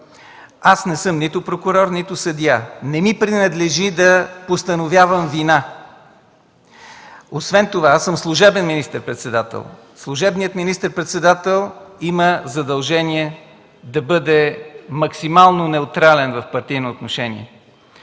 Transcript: Аз не съм нито прокурор, нито съдия, не ми принадлежи да постановявам вина. Освен това, аз съм служебен министър-председател, а служебният министър-председател има задължение да бъде максимално неутрален в партийно отношение.